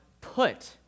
put